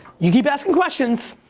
you keep asking questions.